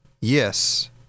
yes